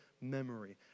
memory